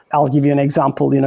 i'll give you an example. you know